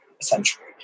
essentially